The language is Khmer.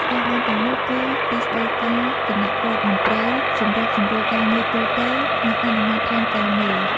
ស្ថាប័នទាំងនោះគឺ ទីស្តីការគណៈរដ្ឋមន្ត្រី: សម្របសម្រួលការងារទូទៅ និងអនុម័តផែនការមេ។